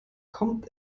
kommt